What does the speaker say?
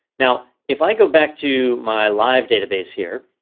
now, if i go back to my live database here.